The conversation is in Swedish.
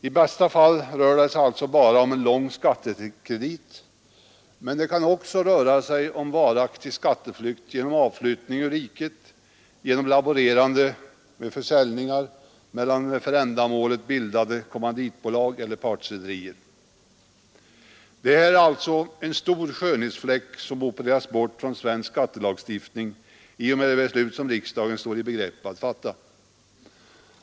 I bästa fall rör det sig alltså bara om en lång skattekredit, men det kan också röra sig om varaktig skatteflykt genom avflyttning ur riket, genom laborerande med försäljningar mellan för ändamålet bildade kommanditbolag eller partrederier eller liknande transaktioner. Det är alltså en stor skönhetsfläck som opereras bort från svensk skattelagstiftning i och med det beslut som riksdagen står i begrepp att fatta.